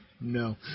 No